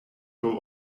your